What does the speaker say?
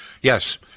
Yes